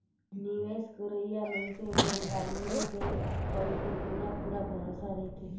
निवेस करोइया मइनसे मन ला निवेस बेंक कर उपर पूरा पूरा भरोसा रहथे